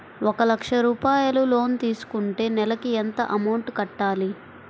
ఒక లక్ష రూపాయిలు లోన్ తీసుకుంటే నెలకి ఎంత అమౌంట్ కట్టాలి?